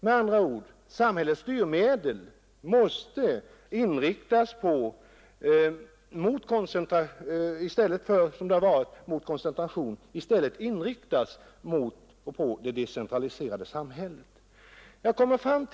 Med andra ord måste samhällets styrmedel icke som hittills inriktas mot en fortsatt koncentration utan i stället mot att skapa ett decentraliserat samhälle.